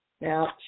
Now